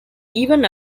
even